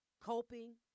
coping